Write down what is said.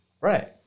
Right